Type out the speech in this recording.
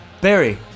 Barry